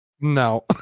No